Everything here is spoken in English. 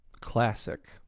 Classic